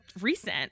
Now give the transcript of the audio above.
recent